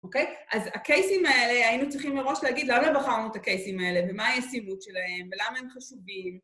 אוקיי? אז הקייסים האלה, היינו צריכים מראש להגיד למה בחרנו את הקייסים האלה, ומה הישימות שלהם, ולמה הם חשובים.